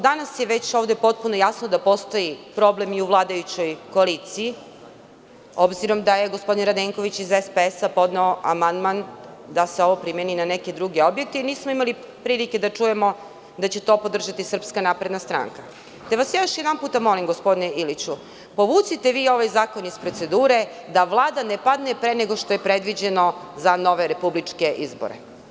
Danas je već potpuno jasno da postoji problem i u vladajućoj koaliciji, obzirom da je gospodin Radenković iz SPS podneo amandman da se ovo primeni na neke druge objekte i nismo imali prilike da čujemo da će to podržati SNS, te vas još jednom molim, gospodine Iliću, povucite vi ovaj zakon iz procedure da Vlada ne padne pre nego što je predviđeno za nove republičke izbore.